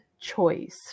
choice